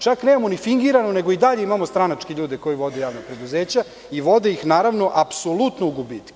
Čak nemamo ni fingiranu nego i dalje imamo stranačke ljude koji vode javna preduzeća, i vode ih naravno apsolutno u gubitke.